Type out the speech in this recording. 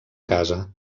casa